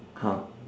car